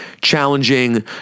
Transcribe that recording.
Challenging